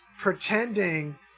pretending